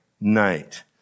night